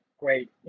great